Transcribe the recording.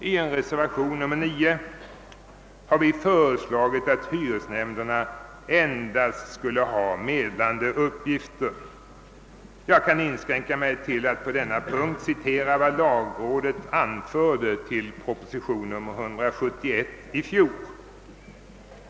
I reservation IX har vi föreslagit att hyresnämnderna endast skall ha medlande uppgifter. Jag kan på denna punkt inskränka mig till att citera vad lagrådet anförde till proposition nr 171.